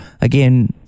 again